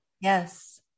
Yes